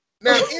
Now